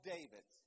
David